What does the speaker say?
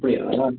அப்படியா